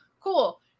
cool